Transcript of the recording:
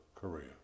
Korea